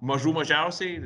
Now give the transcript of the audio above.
mažų mažiausiai